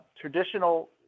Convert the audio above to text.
Traditional